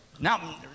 Now